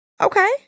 Okay